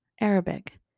Arabic